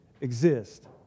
exist